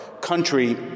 country